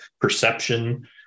perception